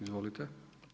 Izvolite.